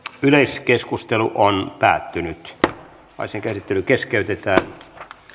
yleiskeskustelu oli päätynyt asekäsittely keskeytetään